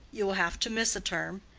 you will have to miss a term.